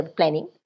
planning